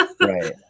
right